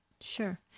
Sure